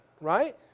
right